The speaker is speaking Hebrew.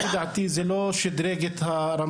לפי דעתי זה לא שדרג את הרמה.